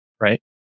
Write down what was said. right